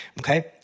okay